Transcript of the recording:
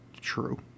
true